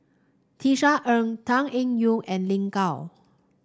Tisa Ng Tan Eng Yoon and Lin Gao